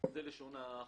זה לשון החוק.